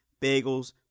bagels